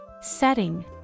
setting